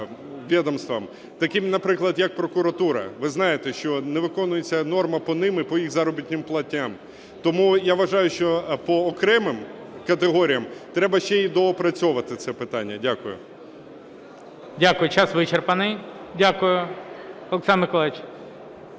таким, наприклад, як прокуратура. Ви знаєте, що не виконується норма по них і по їх заробітним платням. Тому я вважаю, що по окремих категоріях треба ще й доопрацьовувати це питання. Дякую. ГОЛОВУЮЧИЙ. Дякую. Час вичерпаний. Дякую. Олександр Миколайович,